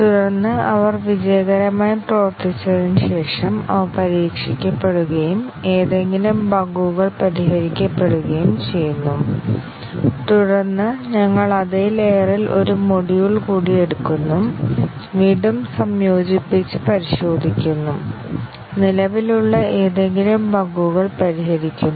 തുടർന്ന് അവർ വിജയകരമായി പ്രവർത്തിച്ചതിനുശേഷം അവ പരീക്ഷിക്കപ്പെടുകയും ഏതെങ്കിലും ബഗുകൾ പരിഹരിക്കപ്പെടുകയും ചെയ്യുന്നു തുടർന്ന് ഞങ്ങൾ അതേ ലെയറിൽ ഒരു മൊഡ്യൂൾ കൂടി എടുക്കുന്നു വീണ്ടും സംയോജിപ്പിച്ച് പരിശോധിക്കുന്നു നിലവിലുള്ള ഏതെങ്കിലും ബഗുകൾ പരിഹരിക്കുന്നു